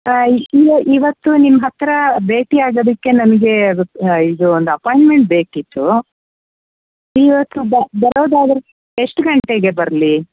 ಹಾಂ ಇಯ್ ಇವತ್ತು ನಿಮ್ಮ ಹತ್ತಿರ ಭೇಟಿಯಾಗೋದಕ್ಕೆ ನನಗೆ ಇದು ಒಂದು ಅಪಾಯಿಂಟ್ಮೆಂಟ್ ಬೇಕಿತ್ತು ಇವತ್ತು ಬ ಬರೋದಾದ್ರೆ ಎಷ್ಟು ಗಂಟೆಗೆ ಬರಲಿ